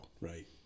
Right